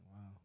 Wow